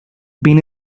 been